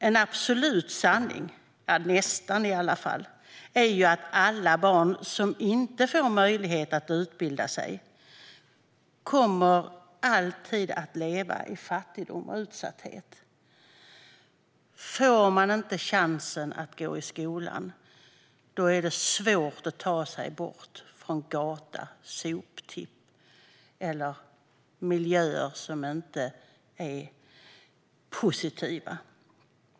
En absolut sanning - nästan i alla fall - är att alla barn som inte får möjlighet att utbilda sig alltid kommer att leva i fattigdom och utsatthet. Om man inte får chansen att gå i skolan är det svårt att ta sig bort från gata, soptipp eller andra miljöer som inte är positiva.